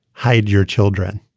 hide your children